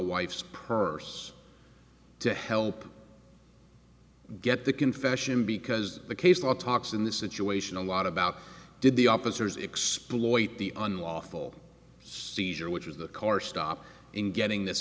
wife's purse to help get the confession because the case law talks in this situation a lot about did the opposite is exploit the unlawful seizure which was the car stop in getting this